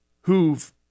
who've